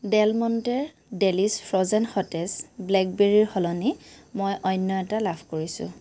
Dell মণ্টেৰ delish frozen সতেজ ব্লেকবেৰীৰ সলনি মই অন্য এটা লাভ কৰিছোঁ